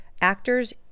actors